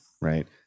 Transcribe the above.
Right